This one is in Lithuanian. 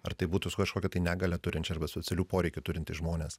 ar tai būtų su kažkokia tai negalią turinčių arba specialių poreikių turintys žmonės